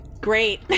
Great